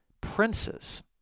princes